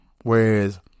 Whereas